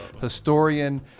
historian